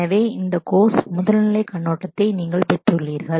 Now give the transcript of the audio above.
எனவே இந்த கோர்ஸ் முதல் நிலை கண்ணோட்டத்தை நீங்கள் பெற்றுள்ளீர்கள்